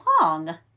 long